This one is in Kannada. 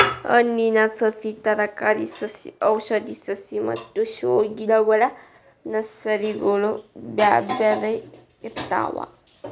ಹಣ್ಣಿನ ಸಸಿ, ತರಕಾರಿ ಸಸಿ ಔಷಧಿ ಸಸಿ ಮತ್ತ ಶೋ ಗಿಡಗಳ ನರ್ಸರಿಗಳು ಬ್ಯಾರ್ಬ್ಯಾರೇ ಇರ್ತಾವ